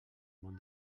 món